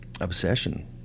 obsession